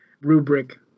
rubric